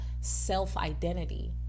self-identity